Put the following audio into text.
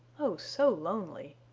oh, so lonely!